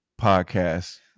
podcast